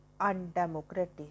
undemocratic